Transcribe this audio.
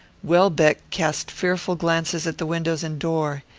welbeck cast fearful glances at the windows and door.